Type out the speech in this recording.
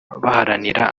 baharanira